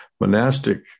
monastic